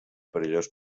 perillós